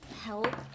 help